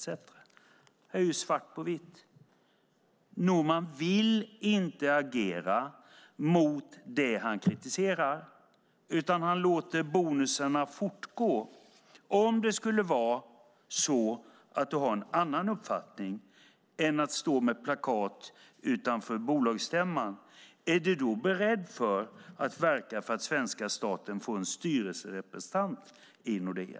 Här är svart på vitt. Norman vill inte agera mot det han kritiserar, utan han låter bonusarna fortgå. Om det skulle vara så att du har en annan uppfattning än att man ska stå med plakat utanför bolagsstämman undrar jag: Är du beredd att verka för att svenska staten ska få en styrelserepresentant i Nordea?